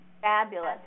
Fabulous